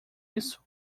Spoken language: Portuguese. isso